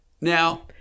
Now